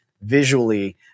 visually